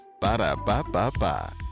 Ba-da-ba-ba-ba